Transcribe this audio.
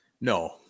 No